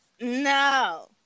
No